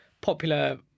popular